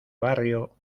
barrio